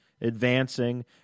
advancing